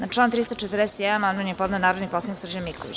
Na član 341. amandman je podneo narodni poslanik Srđan Miković.